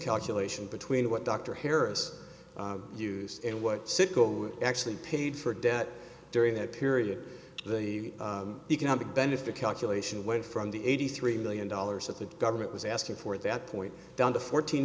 calculation between what dr harris used and what sickle actually paid for debt during that period the economic benefit calculation went from the eighty three million dollars that the government was asking for at that point down to fourteen